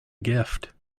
gift